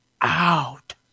out